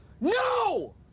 No